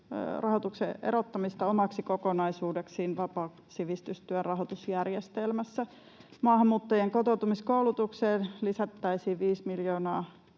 valtionosuusrahoituksen erottamista omaksi kokonaisuudekseen vapaan sivistystyön rahoitusjärjestelmässä. Maahanmuuttajien kotoutumiskoulutukseen lisättäisiin 5 miljoonaa